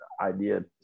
idea